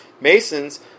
Masons